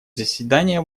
заседание